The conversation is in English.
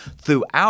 throughout